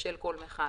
בשל כל מכל.